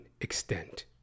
extent